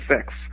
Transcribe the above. six